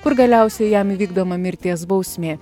kur galiausiai jam įvykdoma mirties bausmė